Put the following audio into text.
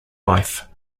life